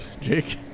Jake